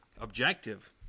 objective